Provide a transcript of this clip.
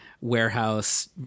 warehouse